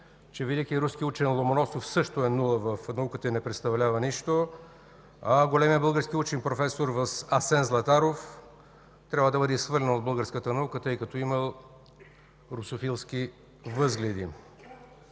че великият руски учен Ломоносов също е нула в науката и не представлява нищо, а големият български учен проф. Асен Златаров трябва да бъде изхвърлен от българската наука, тъй като имал русофилски възгледи.